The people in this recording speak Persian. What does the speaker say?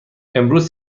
امروز